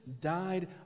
died